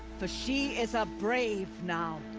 for she is a brave now.